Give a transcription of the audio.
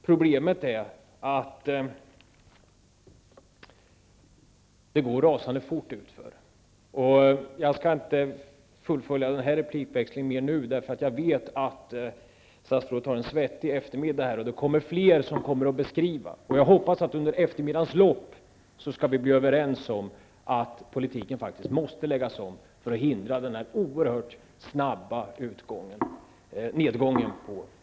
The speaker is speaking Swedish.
Problemet är att det går rasande fort utför. Jag skall inte nu fullfölja den här replikväxlingen, eftersom jag vet att statsrådet framför sig har en svettig eftermiddag och att flera andra debattörer kommer att beskriva situationen. Jag hoppas att vi under eftermiddagens lopp skall bli överens om att politiken faktiskt måste läggas om för att denna oerhört snabba nedgång på bostadsmarknaden skall förhindras.